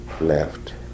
left